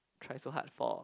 try so hard for